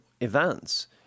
events